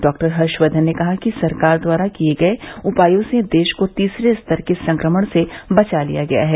doctor Harshvardhan ने कहा कि सरकार द्वारा किए गए उपायों से देश को तीसरे स्तर के संक्रमण से बचा लिया गया है